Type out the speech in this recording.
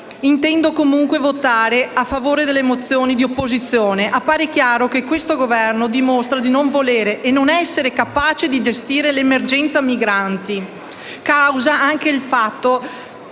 intendo comunque votare a favore delle mozioni dell'opposizione. Appare chiaro che questo Governo dimostra di non volere o non essere capace di gestire l'emergenza migranti, causa anche il fatto